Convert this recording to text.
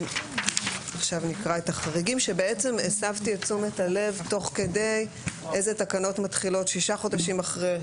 אסב את תשומת הלב תוך כדי איזה תקנות מתחילות ששה חודשים אחרי,